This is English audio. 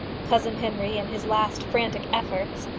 cousin henry, in his last frantic efforts,